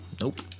Nope